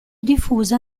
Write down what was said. diffusa